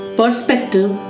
perspective